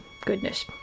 Goodness